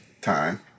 time